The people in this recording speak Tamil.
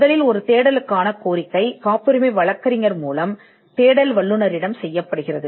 நம்பர் ஒன் தேடலுக்கான கோரிக்கை காப்புரிமை வழக்கறிஞரால் செய்யப்படுகிறது